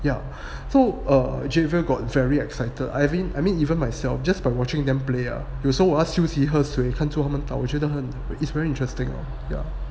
yeah so err javier got very excited lah iren~ I mean even myself just by watching them play ah he was so as you will see her 有时我要休息喝水看着他们都觉得很 it's very interesting